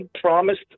promised